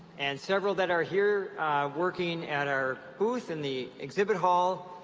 and several that are here working at our booth in the exhibit hall,